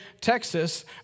Texas